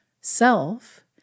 self